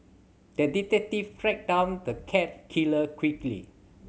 the detective tracked down the cat killer quickly